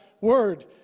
Word